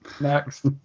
next